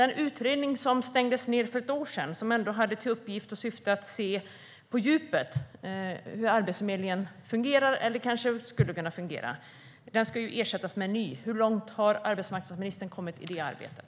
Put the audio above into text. Den utredning som lades ned för ett år sedan och som hade till uppgift och syfte att se på djupet hur Arbetsförmedlingen fungerar och skulle kunna fungera ska ersättas med en ny. Hur långt har arbetsmarknadsministern kommit i det arbetet?